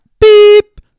Beep